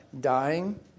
dying